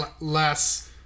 less